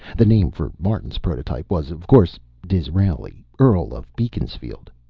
the name for martin's prototype was, of course, disraeli, earl of beaconsfield.